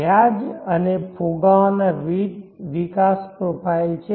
વ્યાજ અને ફુગાવાના વિવિધ વિકાસ પ્રોફાઇલ છે